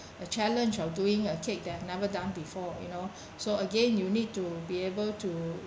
a challenge of doing a cake that I've never done before you know so again you need to be able to